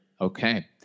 Okay